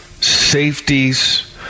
safeties